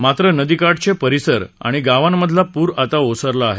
मात्र नदीकाठचे परिसर आणि गावांमधला प्र आता ओसरला आहे